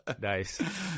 nice